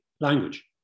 language